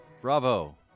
Bravo